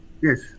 yes